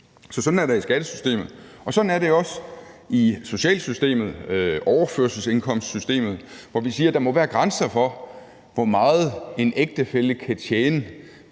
Sådan er det i skattesystemet, og sådan er det også i socialsystemet, overførselsindkomstsystemet, hvor vi siger, at der må være grænser for, hvor meget en ægtefælle kan tjene,